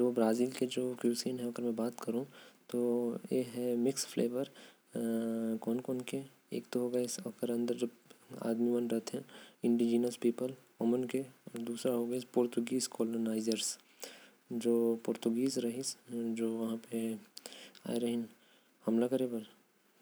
ब्राज़ील के पाक शैली बहुते मिलल जुलल होथे। काबर की वहा के लोग मन कुछ लोकल हवे। अउ कुछ पुर्तगाल के हवे। ब्राज़ील के प्रमुख पाक शैली में आएल। फेइजोङ